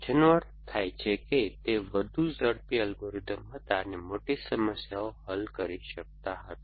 જેનો અર્થ થાય છે કે તે વધુ ઝડપી અલ્ગોરિધમ્સ હતા અને મોટી સમસ્યાઓ હલ કરી શકતા હતા